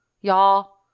y'all